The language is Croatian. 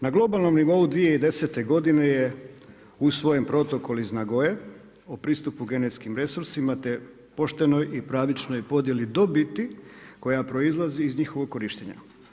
Na globalnom nivou 2010. godine je usvojen Protokol iz Nagoye o pristupu genetskim resursima, te poštenoj i pravičnoj podjeli dobiti koja proizlazi iz njihovog korištenja.